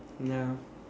ya